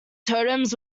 totems